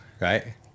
Right